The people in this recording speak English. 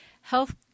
health